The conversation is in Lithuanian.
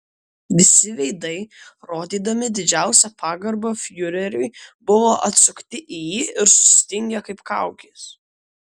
visi veidai rodydami didžiausią pagarbą fiureriui buvo atsukti į jį ir sustingę kaip kaukės